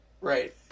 Right